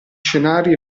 scenari